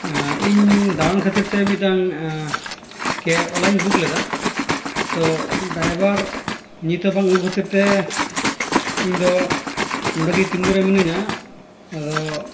ᱤᱧ ᱫᱟᱬᱟᱱ ᱠᱷᱟᱹᱛᱤᱨᱛᱮ ᱢᱤᱫᱴᱟᱝ ᱠᱮ ᱚᱞᱟᱧ ᱵᱩᱠ ᱞᱮᱫᱟ ᱛᱳ ᱰᱟᱭᱵᱷᱟᱨ ᱱᱤᱛᱦᱚᱸ ᱵᱟᱝ ᱟᱹᱜᱩ ᱠᱷᱟᱹᱛᱤᱨᱛᱮ ᱤᱧᱫᱚ ᱱᱚᱰᱮᱜᱮ ᱛᱤᱸᱜᱩᱨᱮ ᱢᱤᱱᱟᱹᱧᱟ ᱟᱫᱚ